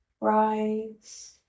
rise